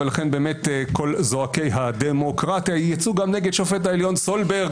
וכל זועקי הדמוקרטיה יצאו גם נגד שופט העליון סולברג